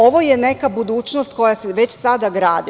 Ovo je neka budućnost koja se već sada gradi.